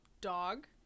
Dog